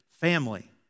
family